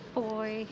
boy